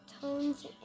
Tones